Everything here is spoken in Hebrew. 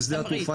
בשדה התעופה,